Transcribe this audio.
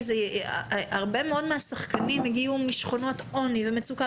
הרבה מאוד מהשחקנים הגיעו משכונות עוני ומצוקה,